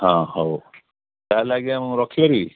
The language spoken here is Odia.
ହଁ ହଉ ତା'ହେଲେ ଆଜ୍ଞା ମୁଁ ରଖିଦେବି